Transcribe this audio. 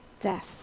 death